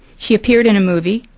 she appeared in a movie.